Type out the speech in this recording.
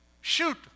shoot